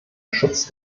schutz